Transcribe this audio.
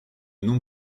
nom